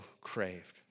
craved